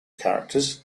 characters